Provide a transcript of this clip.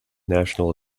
national